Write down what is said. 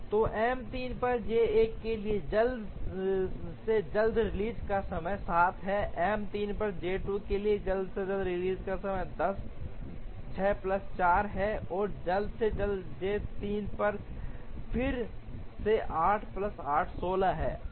तो M 3 पर J 1 के लिए जल्द से जल्द रिलीज का समय 7 है M 3 पर J 2 के लिए जल्द से जल्द रिलीज का समय 10 6 प्लस 4 है और जल्द से जल्द J 3 पर फिर से 8 प्लस 8 जो 16 है